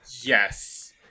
yes